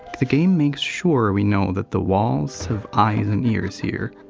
the game makes sure we know that the walls have eyes and ears here.